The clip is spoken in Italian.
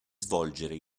svolgere